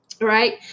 Right